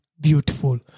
beautiful